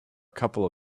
couple